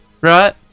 right